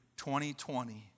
2020